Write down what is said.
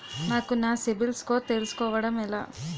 నాకు నా సిబిల్ స్కోర్ తెలుసుకోవడం ఎలా?